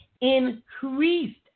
Increased